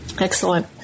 Excellent